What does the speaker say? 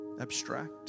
abstract